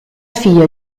figlio